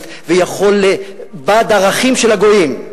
ויכול להיות קפיטליסט ובעד ערכים של הגויים,